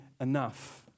enough